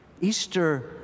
Easter